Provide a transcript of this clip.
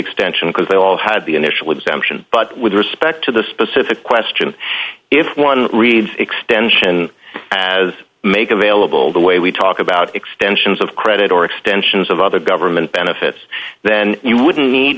extension because they all had the initial exemption but with respect to the specific question if one reads extension as make available the way we talk about extensions of credit or extensions of other government benefits then you wouldn't need